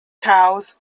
cowes